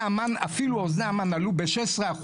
ואפילו אוזני המן עלו ב-16%,